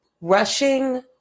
rushing